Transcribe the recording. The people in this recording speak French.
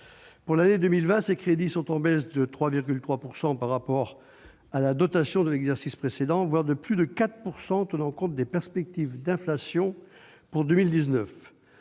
Pour l'année 2020, ces crédits sont en baisse de 3,3 % par rapport à la dotation de l'exercice précédent, voire de plus de 4 % en tenant compte des perspectives d'inflation pour 2019.